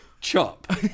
Chop